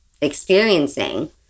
experiencing